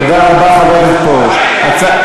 תודה רבה, חבר הכנסת פרוש.